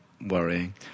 worrying